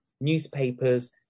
newspapers